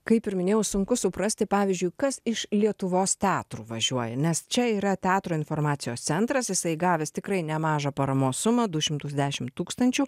kaip ir minėjau sunku suprasti pavyzdžiui kas iš lietuvos teatrų važiuoja nes čia yra teatro informacijos centras jisai gavęs tikrai nemažą paramos sumą du šimtus dešimt tūkstančių